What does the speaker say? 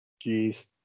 Jeez